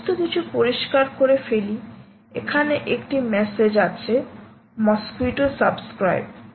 সমস্ত কিছু পরিষ্কার করে ফেলি এখানে একটি মেসেজ আছে মসকুইটো সাবস্ক্রাইব